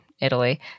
Italy